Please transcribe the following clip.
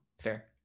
fair